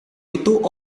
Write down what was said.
itu